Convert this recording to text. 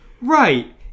Right